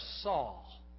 Saul